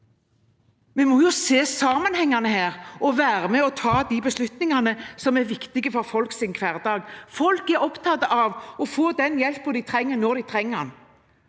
Vi må se sammenhengene her og være med og ta de beslutningene som er viktige for folks hverdag. Folk er opptatt av å få den hjelpen de trenger, når de trenger den.